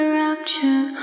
rapture